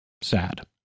Sad